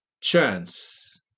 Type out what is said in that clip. chance